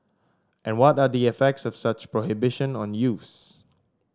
and what are the effects of such prohibition on youths